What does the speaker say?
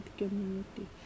community